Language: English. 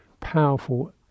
powerful